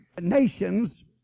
nations